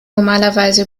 normalerweise